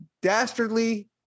Dastardly